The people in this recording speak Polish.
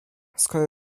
skoro